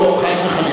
רוצה, לא, חס וחלילה.